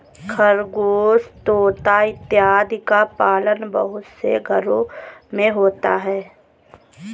खरगोश तोता इत्यादि का पालन बहुत से घरों में होता है